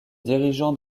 dirigeant